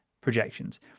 projections